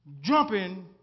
jumping